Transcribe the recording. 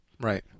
Right